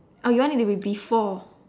or you want it to be before